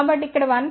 కాబట్టి ఇక్కడ 1